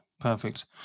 perfect